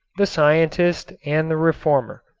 the scientist and the reformer.